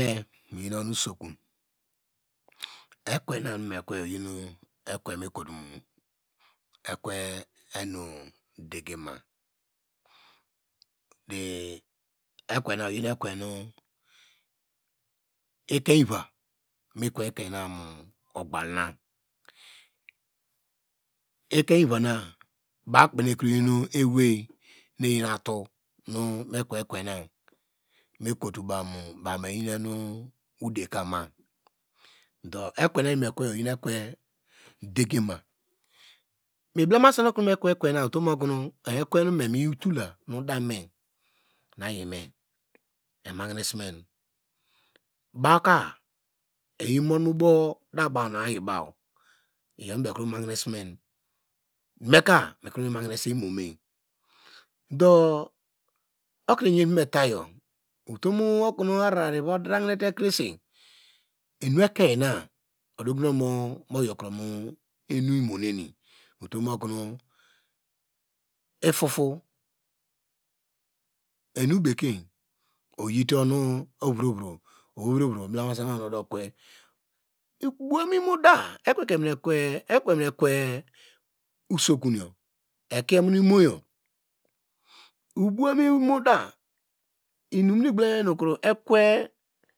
E- miyen onu usokun ekwe na nu meme kwe yo oyinu ekwe mekotomu ekwe enu degema, the ekwenu oyin ekwenu ekein ivi mi kwe ekiena mu ogbaw nu ekein ivi na baw kpe nu ikoyi ewei nu eyiatu nu mekwe ekwena, mekotobaw mu baw eyi enu udekama do ekwe nanu eni mekw oyi ekwe degema, miblema senu okonu mekwe ekwena otom okonu memiyitola nu dame nu eyime emahine sume buwka eyi mum mu bow da baw nu ayi baw iyow nu baw ekromu hineso men, meka mikro mimahine se imome, do okonu eyen vometayo, otom okonu eyen vometayo, otom okonu avara eva drahinete krese enu ekena odogu okonu moyo kro mo emu imoneni otomokono iphopho, enu bekein ovituno ovvuvro oweivro, ovro oblema sete okomu kwe ubow imo da ekwe mu no ekwe usokun ekie muno imoyo ubowan imo da inu nu igbloma hine nu ekwe.